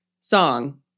song